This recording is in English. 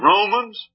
Romans